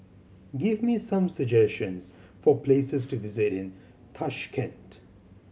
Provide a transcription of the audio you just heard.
give me some suggestions for places to visit in Tashkent